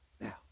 now